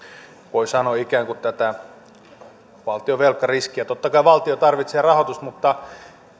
voi sanoa ikään kuin tätä valtion velkariskiä totta kai valtio tarvitsee rahoitusta mutta